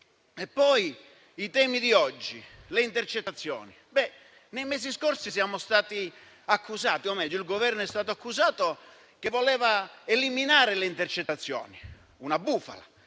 oggi è quello delle intercettazioni. Nei mesi scorsi siamo stati accusati, o meglio il Governo è stato accusato di voler eliminare le intercettazioni: era una bufala